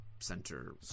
center